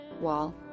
wall